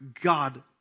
God